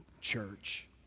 Church